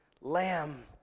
lamb